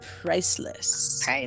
priceless